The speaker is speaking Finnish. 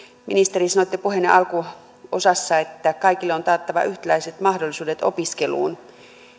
ministeri sanoitte puheenne alkuosassa että kaikille on taattava yhtäläiset mahdollisuudet opiskeluun